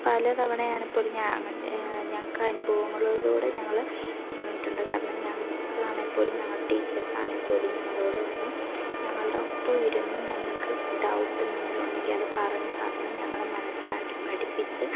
പല തവണയാണെങ്കിൽ പോലും ഞാനല്ല ഞങ്ങൾക്ക് അനുഭവങ്ങളിലൂടെ ഞങ്ങൾ വന്നിട്ടുണ്ട് കാരണം ഞങ്ങൾക്കാണെങ്കിൽപ്പോലും ഞങ്ങൾ ടീച്ചേഴ്സാണെങ്കിൽപ്പോലും ഞങ്ങളോടു വന്ന് ഞങ്ങളുടെ ഒപ്പമിരുന്ന് ഞങ്ങൾക്ക് ഡൗട്ട് എന്തെങ്കിലും ഉണ്ടെങ്കിൽ അതു പറഞ്ഞു തന്ന് ഞങ്ങളെ മനസ്സിലാക്കി പഠിപ്പിച്ച്